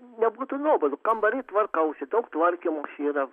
nebūtų nuobodu kambary tvarkausi daug tvarkymosi yra